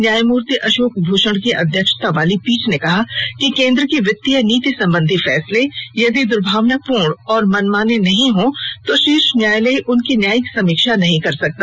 न्यायमूर्ति अशोक भूषण की अध्यक्षता वाली पीठ ने कहा कि केन्द्र के वित्तीय नीति संबंधी फैसले यदि दुर्भावनापूर्ण और मनमाने नहीं हो तो शीर्ष न्यायालय उनकी न्यायिक समीक्षा नहीं कर सकता